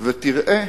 ותראה